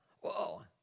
Whoa